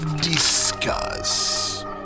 ...discuss